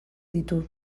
ditu